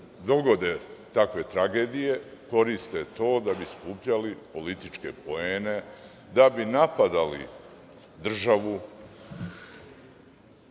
dogode takve tragedije koriste to da bi skupljali političke poene, da bi napadali državu